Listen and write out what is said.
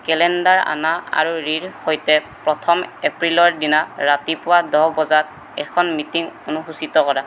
calendar আনা আৰু ৰিৰ সৈতে প্ৰথম এপ্ৰিলৰ দিনা ৰাতিপুৱা দহ বজাত এখন মিটিং অনুসূচীত কৰা